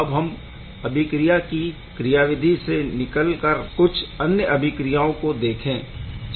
अब हम अभिक्रिया कि क्रियाविधि से निकल कर कुछ अन्य अभिक्रियाओं को देखेंगे